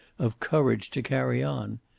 of courage to carry on.